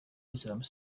islamic